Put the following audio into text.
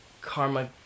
karma